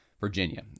Virginia